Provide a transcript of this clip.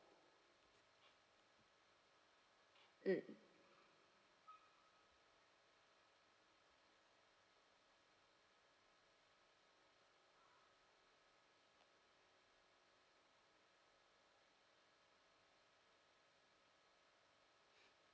mm